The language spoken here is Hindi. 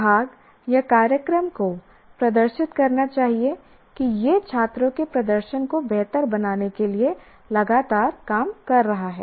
विभाग या कार्यक्रम को प्रदर्शित करना चाहिए कि यह छात्रों के प्रदर्शन को बेहतर बनाने के लिए लगातार काम कर रहा है